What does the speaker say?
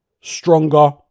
stronger